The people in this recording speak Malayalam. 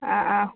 ആ ആ